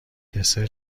دسر